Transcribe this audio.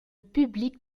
public